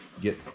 get